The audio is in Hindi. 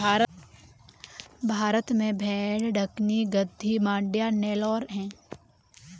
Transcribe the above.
भारत में भेड़ दक्कनी, गद्दी, मांड्या, नेलोर है